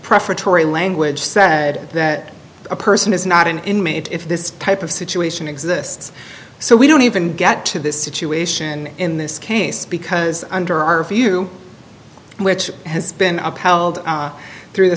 prefatory language said that a person is not an inmate if this type of situation exists so we don't even get to this situation in this case because under our view which has been upheld through the